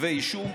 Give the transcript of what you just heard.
בכתבי אישום,